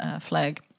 flag